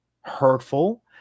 hurtful